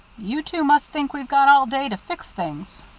you two must think we've got all day to fix things.